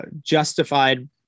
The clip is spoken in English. justified